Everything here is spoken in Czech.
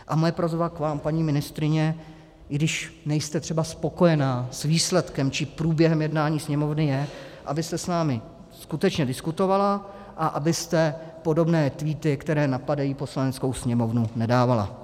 A moje prosba k vám, paní ministryně, i když nejste třeba spokojena s výsledkem či průběhem jednání Sněmovny, je, abyste s námi skutečně diskutovala a abyste podobné tweety, které napadají Poslaneckou sněmovnu, nedávala.